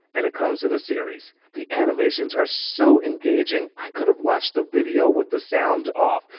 and it comes in a series. the animations are so engaging, i could've watched the video with the sound off.